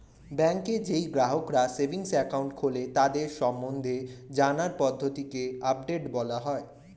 ব্যাংকে যেই গ্রাহকরা সেভিংস একাউন্ট খোলে তাদের সম্বন্ধে জানার পদ্ধতিকে আপডেট বলা হয়